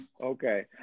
Okay